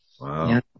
Wow